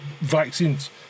vaccines